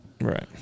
Right